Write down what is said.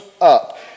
up